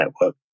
network